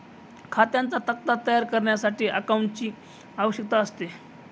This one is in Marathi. खात्यांचा तक्ता तयार करण्यासाठी अकाउंटंटची आवश्यकता असते